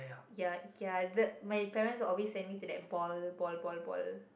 ya Ikea the my parents always send me to that ball ball ball ball